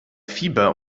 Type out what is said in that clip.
fieber